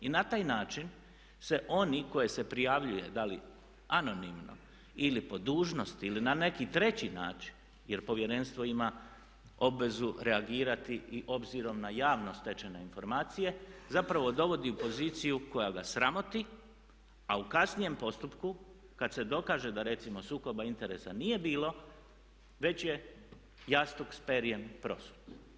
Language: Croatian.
I na taj način se oni koje se prijavljuje da li anonimno ili po dužnosti ili na neki treći način jer Povjerenstvo ima obvezu reagirati i obzirom na javno stečene informacije zapravo dovodi u poziciju koja ga sramoti a u kasnijem postupku kada se dokaže da recimo sukoba interesa nije bilo već je jastuk s perjem prosut.